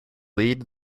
lead